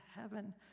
heaven